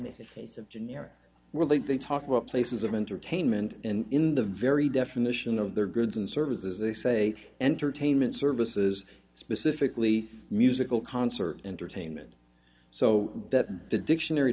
a face of generic relief they talk about places of entertainment and in the very definition of their goods and services they say entertainment services specifically musical concert entertainment so that the dictionary